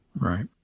Right